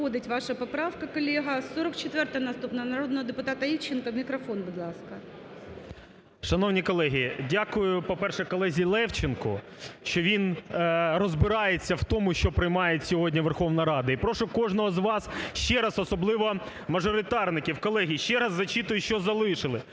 ваша поправка, колего. 44-а наступна, народного депутата Івченка. Мікрофон, будь ласка. 11:35:45 ІВЧЕНКО В.Є. Шановні колеги, дякую, по-перше, колезі Левченку, що він розбирається в тому, що приймає сьогодні Верховна Рада. І прошу кожного з вас ще раз, особливо мажоритарників, колеги, ще раз зачитую, що залишилося: